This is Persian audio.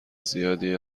زیادی